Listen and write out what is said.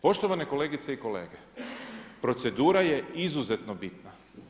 Poštovane kolegice i kolege, procedura je izuzetno bitna.